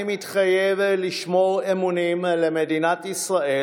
"אני מתחייב לשמור אמונים למדינת ישראל